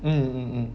mm mm mm